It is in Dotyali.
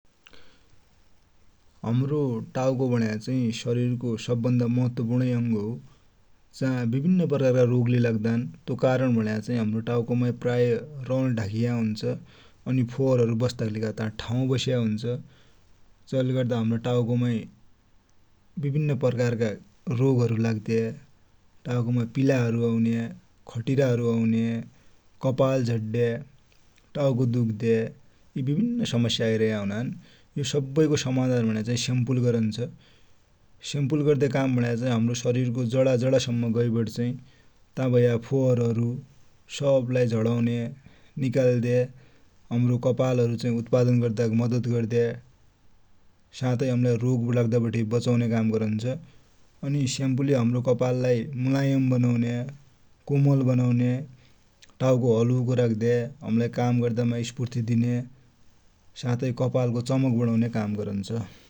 हमरो टाउको भनेको चाइ सरिर को सबै भन्दा महत्वोपुर्ण अङ हो । जा बिभिन्न प्रकार का रोग ले लाग्दान तो कारण भनेको चाइ हम्रो टाउकोमाइ प्राय रौ ले ढाकिएको हुन्छ। अनि फोहर हरु बस्ता कि लेखा ता ठाउ हरु बसेको हुन्छ । जै ले गर्दा हमरो टाउको माइ बिभिन्न प्रकार का रोग हरु लाग्दया, टाउकोमा पिला हरु आउन्या, खटिरा हरु आउन्या, कपाल झड्या, टाउको दुख्ने यि बिभिन्न समस्या आइरहेको हुनान। यो सब्बै को समाधान भनेको चाइ सेम्पु ले गरन्छ, सेम्पुले गर्दे काम भनेको चाइ हम्रो सरिर को जरा जरा सम्म गइबटी चई ता भएका फोहर हरु सब लाइ झरौने, निकाल्दया, नया कपाल उत्पादन गर्दाकि मदत गर्दया, साथै हमलाइ रोग लाग्दा बठे बचउने काम गरन्छ । अनि सेम्पु ले हम्रो कपाल लाइ मुलायम बनौने, कोमल बनौने, टाउको हलुको रख्दया, हमलाइ काम गर्दे माइ स्पुर्थि दिने साथै कपाल को चमक बडउने काम गरन्छ ।